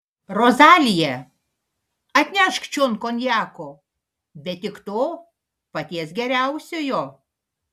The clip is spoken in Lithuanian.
rozalija atnešk čion konjako bet tik to paties geriausiojo